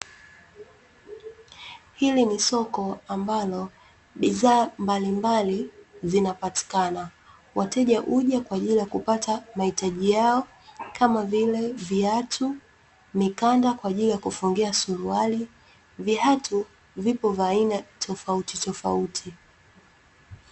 Hili ni soko ambalo bidhaa mbalimbali zinapatikana. Wateja huja kwa ajili ya kupata mahitaji yao kama vile: viatu, mikanda kwa ajili ya kufungia suruali; viatu vipo vya aina tofautitofauti.